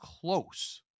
close